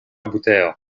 buteo